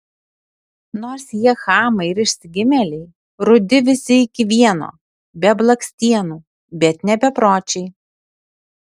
nors jie chamai ir išsigimėliai rudi visi iki vieno be blakstienų bet ne bepročiai